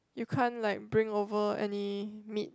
you can't like bring over any meat